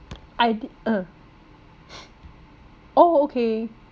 I did ah oh okay